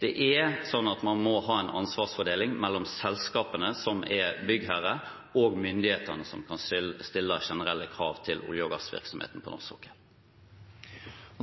Det er slik at man må han en ansvarsfordeling mellom selskapene som byggherre, og myndighetene som kan stille generelle krav til olje- og gassvirksomheten på norsk sokkel.